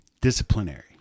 disciplinary